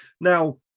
now